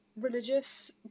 religious